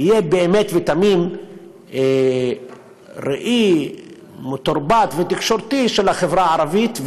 ויהיה באמת ובתמים ראי מתורבת ותקשורתי של החברה הערבית,